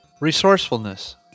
Resourcefulness